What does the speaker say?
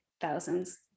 thousands